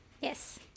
Yes